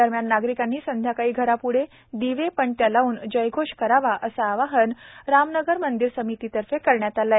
दरम्यान नागरिकांनी संध्याकाळी घरप्ढे दिवे पणत्या लाऊन जयघोष करावा असे आवाहन रामनगर मंदिर समितितर्फे करण्यात आले आहे